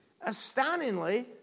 astoundingly